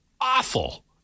awful